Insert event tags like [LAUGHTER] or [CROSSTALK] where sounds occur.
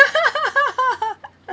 [LAUGHS]